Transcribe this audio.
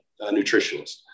nutritionist